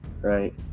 Right